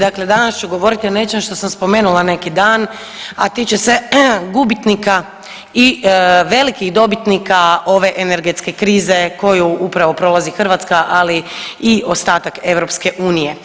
Dakle, danas ću govoriti o nečem što sam spomenula neki dan, a tiče se gubitnika i velikih dobitnika ove energetske krize koju upravo prolazi Hrvatska, ali i ostatak EU.